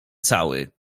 cały